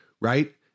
right